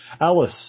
Alice